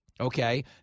Okay